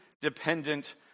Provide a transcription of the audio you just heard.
dependent